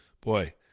Boy